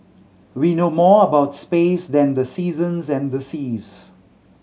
we know more about space than the seasons and the seas